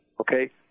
Okay